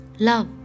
Love